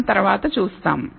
మనం తరువాత చూస్తాము